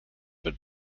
wird